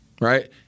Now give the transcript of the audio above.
right